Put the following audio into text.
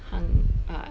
hung uh